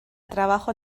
trabajo